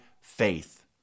faith